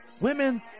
Women